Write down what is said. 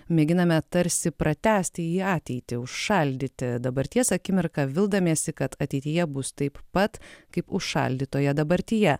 mėginame tarsi pratęsti į ateitį užšaldyti dabarties akimirką vildamiesi kad ateityje bus taip pat kaip užšaldytoje dabartyje